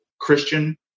Christian